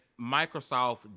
Microsoft